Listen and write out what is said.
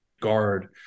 guard